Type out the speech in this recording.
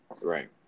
Right